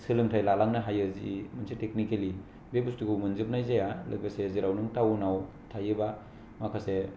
मोजां सोलोंथाइ लालांनो हायो जि मोनसे टेकनिकेलि बे बुसथुखौै मोनजोबनाय जाया लोगोसे जेराव नों टाउनाव थायोबा माखासे